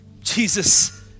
Jesus